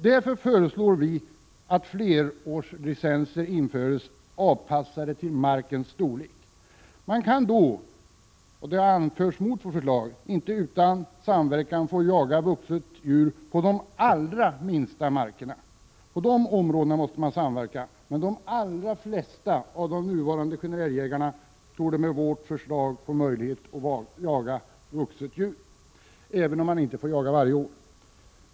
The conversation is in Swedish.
Därför föreslår vi införande av flerårslicenser avpassade till markens storlek. Man får då — och det har anförts mot vårt förslag — inte utan samverkan jaga vuxet djur på de allra minsta markerna. För jakt på sådana områden måste markägarna samverka. Men de allra flesta som jagar enligt bestämmelserna för den generella älgjakten torde med vårt förslag få möjlighet att jaga vuxet djur, även om de inte får jaga varje år.